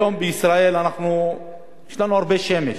היום בישראל יש לנו הרבה שמש,